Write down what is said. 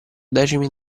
decimi